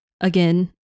again